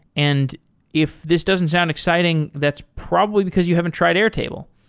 and if this doesn't sound exciting, that's probably because you haven't tried airtable.